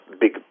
big